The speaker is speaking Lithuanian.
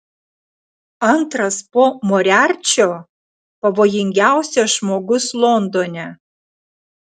antras po moriarčio pavojingiausias žmogus londone